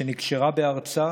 שנקשרה בארצה